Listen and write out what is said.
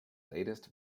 latest